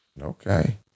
Okay